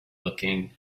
looking